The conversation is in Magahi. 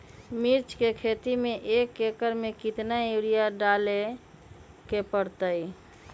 मिर्च के खेती में एक एकर में कितना यूरिया डाले के परतई?